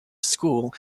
school